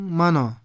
mano